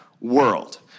world